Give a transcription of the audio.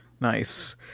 nice